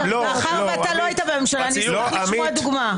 מאחר שלא היית בממשלה, אני אשמח לשמוע דוגמה.